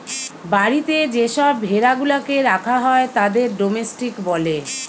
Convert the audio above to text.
বাড়িতে যে সব ভেড়া গুলাকে রাখা হয় তাদের ডোমেস্টিক বলে